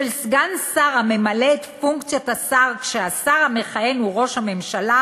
של סגן שר הממלא את פונקציית השר כשהשר המכהן הוא ראש הממשלה,